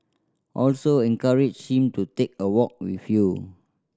also encourage him to take a walk with you